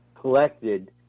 collected